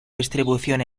distribución